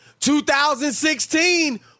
2016